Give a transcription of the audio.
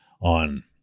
on